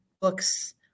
books